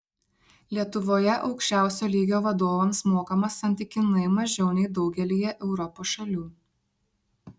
lietuvoje aukščiausio lygio vadovams mokama santykinai mažiau nei daugelyje europos šalių